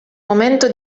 momento